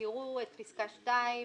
תראו את פסקה (2),